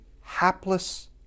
hapless